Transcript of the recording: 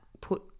put